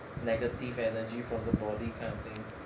negative energy from the body kind of thing